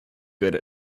good